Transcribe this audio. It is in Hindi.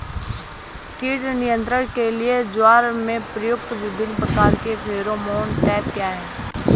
कीट नियंत्रण के लिए ज्वार में प्रयुक्त विभिन्न प्रकार के फेरोमोन ट्रैप क्या है?